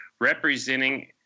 representing